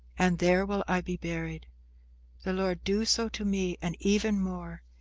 and there will i be buried the lord do so to me, and even more,